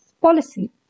policy